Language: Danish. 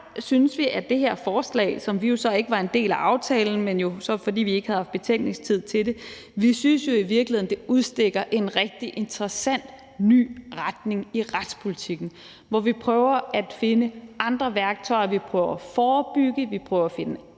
ikke har plads til flere. Vi var ikke en del af aftalen, fordi vi ikke fik betænkningstid til det, men generelt synes vi, at det her forslag udstikker en rigtig interessant ny retning i retspolitikken, hvor vi prøver at finde andre værktøjer, vi prøver at forebygge, og vi prøver at finde